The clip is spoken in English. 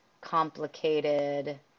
complicated